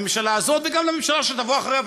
לממשלה הזאת וגם לממשלה שתבוא אחריה,